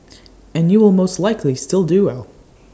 and you will most likely still do well